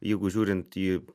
jeigu žiūrint į